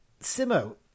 Simo